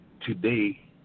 Today